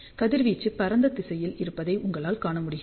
கதிர்வீச்சு பரந்த திசையில் இருப்பதை உங்களால் காண முடிகிறது